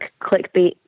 clickbait